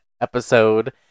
episode